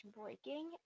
breaking